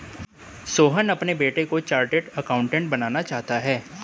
सोहन अपने बेटे को चार्टेट अकाउंटेंट बनाना चाहता है